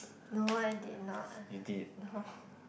no I did not ah no